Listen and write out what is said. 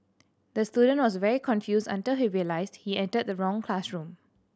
the student was very confused until he realised he entered the wrong classroom